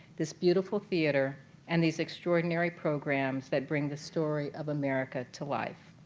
this beautiful theatre and these extraordinary programs that bring the story of america to life.